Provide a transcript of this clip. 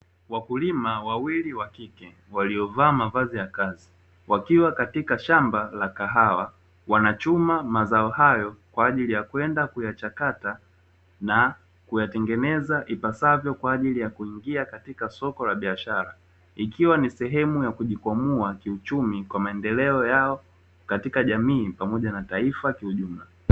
Wakulima wawili wa kike waliovaa mavazi ya kazi, wakiwa katika shamba la kahawa wanachuma mazao hayo kwa ajili ya kwenda kuyachakata na kuyatengeneza ipasavyo kwa ajili ya kuingia katika soko la biashara, ikiwa ni sehemu ya kujikwamua kiuchumi kwa maendeleo yao katika jamii pamoja na taifa kiujumla.